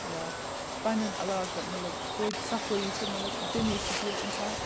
یا پنٛنٮ۪ن علاقَن مطلب توتہِ صفٲیی چھِ مطلب تَمے سۭتۍ چھُ ییٚلہِ اِنسان